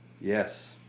Yes